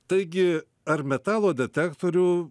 taigi ar metalo detektorių